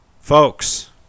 folks